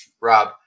Rob